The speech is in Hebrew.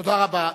תודה רבה.